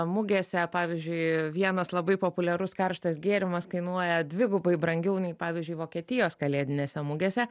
mugėse pavyzdžiui vienas labai populiarus karštas gėrimas kainuoja dvigubai brangiau nei pavyzdžiui vokietijos kalėdinėse mugėse